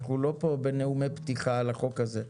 אנחנו לא פה בנאומי פתיחה על החוק הזה.